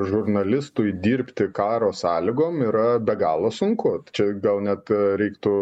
žurnalistui dirbti karo sąlygom yra be galo sunku čia gal net reiktų